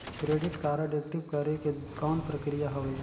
Credit card active करे के कौन प्रक्रिया हवे?